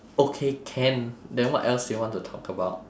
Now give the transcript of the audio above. okay can then what else do you want to talk about